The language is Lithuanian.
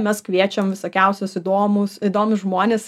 mes kviečiam visokiausius įdomūs įdomius žmones